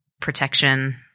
protection